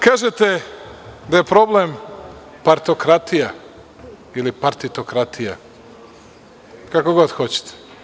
Kažete da je problem partokratija ili partitokratija, kako god hoćete.